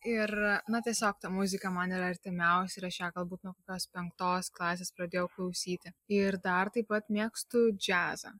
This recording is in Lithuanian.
ir na tiesiog ta muzika man yra artimiausia ir aš ją galbūt nuo kokios penktos klasės pradėjau klausyti ir dar taip pat mėgstu džiazą